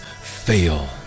fail